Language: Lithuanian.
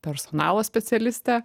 personalo specialistė